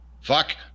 Fuck